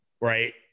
right